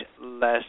less